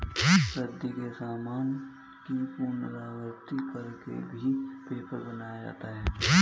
रद्दी के सामान की पुनरावृति कर के भी पेपर बनाया जाता है